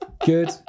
Good